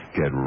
get